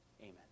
Amen